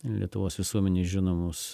lietuvos visuomenei žinomus